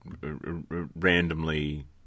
Randomly